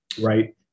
right